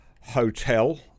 Hotel